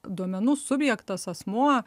duomenų subjektas asmuo